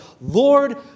Lord